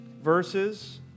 verses